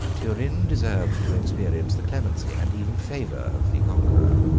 turin deserved to experience the clemency and even favor of the conqueror.